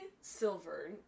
Silver